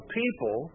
people